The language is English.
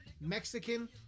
Mexican